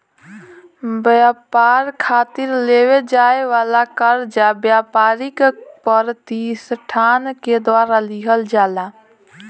ब्यपार खातिर लेवे जाए वाला कर्जा ब्यपारिक पर तिसठान के द्वारा लिहल जाला